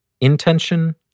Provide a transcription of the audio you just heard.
intention